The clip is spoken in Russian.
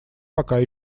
пока